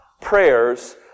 prayers